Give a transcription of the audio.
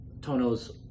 Tono's